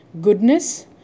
goodness